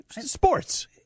Sports